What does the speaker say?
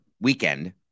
Weekend